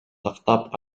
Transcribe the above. тактап